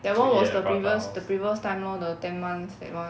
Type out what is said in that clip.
that [one] was the previous the previous time lor the ten months that [one]